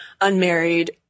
unmarried